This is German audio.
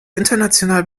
international